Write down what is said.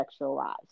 sexualized